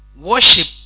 worship